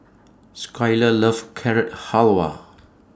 Skyler loves Carrot Halwa